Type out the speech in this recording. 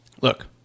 Look